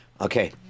Okay